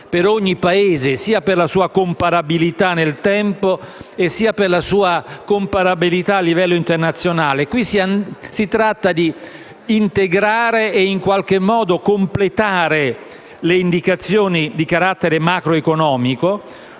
per ogni Paese sia per la sua comparabilità nel tempo, sia per la sua comparabilità a livello internazionale. In questo caso si tratta di integrare e in qualche modo completare le indicazioni di carattere macroeconomico,